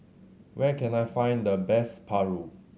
where can I find the best Paru